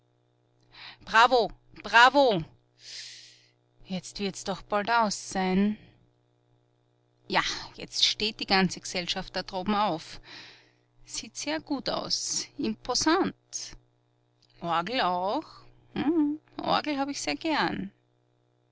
bravo bravo jetzt wird's doch bald aus sein ja jetzt steht die ganze g'sellschaft da droben auf sieht sehr gut aus imposant orgel auch orgel hab ich sehr gern